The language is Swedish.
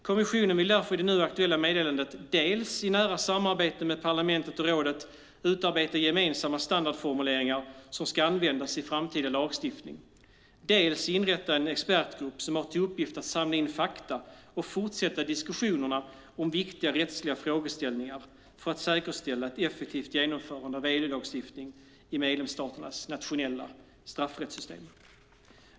Kommissionen vill därför i det nu aktuella meddelandet dels i nära samarbete med parlamentet och rådet utarbeta gemensamma standardformuleringar som ska användas i framtida lagstiftning, dels inrätta en expertgrupp som har till uppgift att samla in fakta och fortsätta diskussionerna om viktiga rättsliga frågeställningar för att säkerställa ett effektivt genomförande av EU-lagstiftning i medlemsstaternas nationella straffrättssystem.